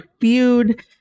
feud